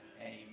Amen